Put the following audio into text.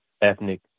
ethnic